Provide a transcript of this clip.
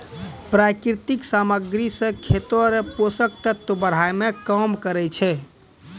प्राकृतिक समाग्री से खेत रो पोसक तत्व बड़ाय मे काम करै छै